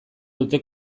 dute